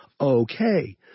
okay